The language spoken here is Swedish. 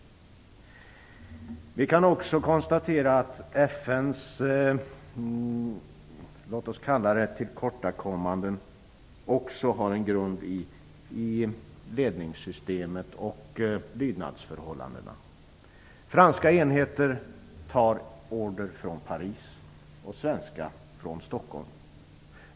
Vi kan också konstatera att FN:s tillkortakommanden har en grund i ledningssystemet och lydnadsförhållandena. Franska enheter tar order från Paris och svenska från Stockholm.